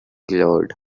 glowed